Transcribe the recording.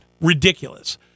ridiculous